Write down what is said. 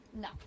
No